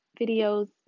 videos